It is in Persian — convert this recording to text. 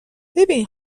ببین